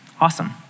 Awesome